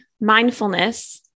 mindfulness